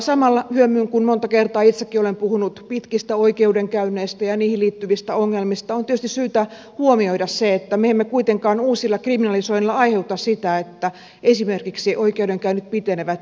samalla kun monta kertaa itsekin olen puhunut pitkistä oikeudenkäynneistä ja niihin liittyvistä ongelmista on syytä huomioida se että me emme kuitenkaan aiheuta uusilla kriminalisoinneilla sitä että esimerkiksi oikeudenkäynnit pitenevät entisestään